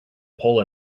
pull